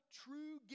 true